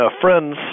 friends